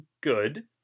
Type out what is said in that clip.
good